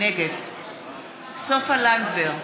נגד סופה לנדבר,